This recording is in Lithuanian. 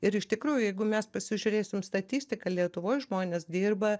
ir iš tikrųjų jeigu mes pasižiūrėsim statistiką lietuvoj žmonės dirba